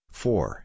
four